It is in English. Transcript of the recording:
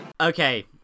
Okay